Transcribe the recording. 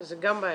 שזה גם בעיה.